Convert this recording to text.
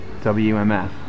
WMF